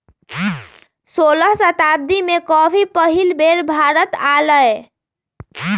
सोलह शताब्दी में कॉफी पहिल बेर भारत आलय